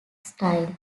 style